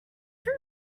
too